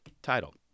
title